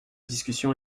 discussion